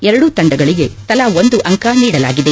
ಎರಡೂ ತಂಡಗಳಿಗೆ ತಲಾ ಒಂದು ಅಂಕ ನೀಡಲಾಗಿದೆ